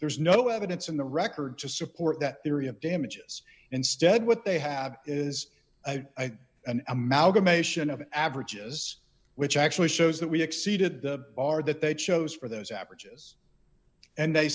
there is no evidence in the record to support that theory of damages instead what they have is an amalgamation of averages which actually shows that we exceeded the r that they chose for those averages and they